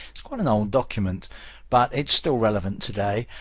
it's quite an old document but it's still relevant today.